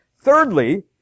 thirdly